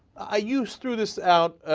i used to this out ah.